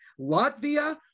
Latvia